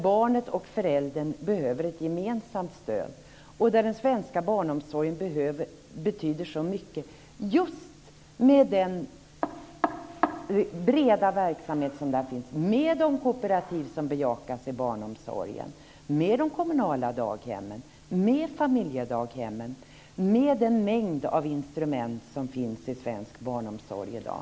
Barnet och föräldern behöver ett gemensamt stöd. Där betyder den svenska barnomsorgen så mycket, just med den breda verksamhet som där finns, med de kooperativ som bejakas i barnomsorgen, med de kommunala daghemmen, med familjedaghemmen, med en mängd instrument som finns i svensk barnomsorg i dag.